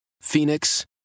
Phoenix